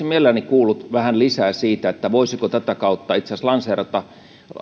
mielelläni kuullut vähän lisää siitä voisiko tätä kautta itse asiassa lanseerata